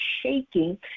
shaking